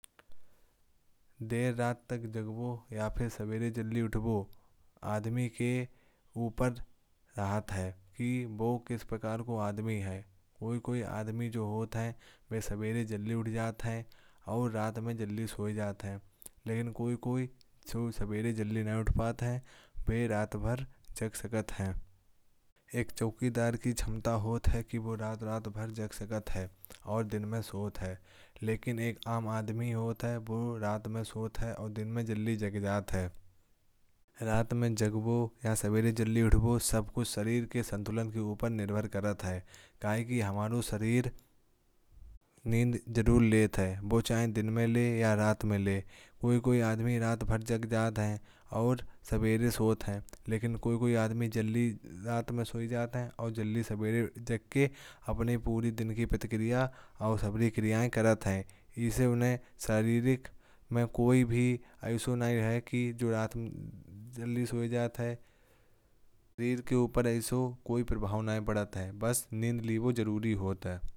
देर रात तक जगना या फिर सुबह जल्दी उठना। आदमी के ऊपर निर्भर करता है कि वो किस प्रकार का आदमी है। कुछ लोग होते हैं जो सुबह जल्दी उठ जाते हैं और रात में जल्दी सो जाते हैं। लेकिन कुछ लोग ऐसे भी हैं जो सुबह जल्दी नहीं उठ पाते और रात भर जागते हैं। एक चौकीदार की क्षमता होती है कि वो रात भर जागता है और दिन में सोता है। लेकिन एक आम आदमी रात में सोता है और दिन में जल्दी उठ जाता है। रात में जगना या सुबह जल्दी उठना सब कुछ शरीर के संतुलन के ऊपर निर्भर करता है। हमारे शरीर को नींद जरूरी होती है। वो चाहे दिन में ले या रात में कुछ लोग रात भर जागते हैं और सुबह देर से उठते हैं। लेकिन कुछ लोग जल्दी रात में सो जाते हैं। और सुबह जल्दी उठकर अपने पूरे दिन की तैयारी करते हैं। इससे उन्हें शरीर में कोई भी आयोजन नहीं होता कि जो लोग जल्दी सो जाते हैं। उनके शरीर पर कोई भी प्रभाव नहीं पड़ता। बस नींद लेना जरूरी होता है।